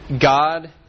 God